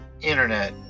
internet